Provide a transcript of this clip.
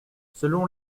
selon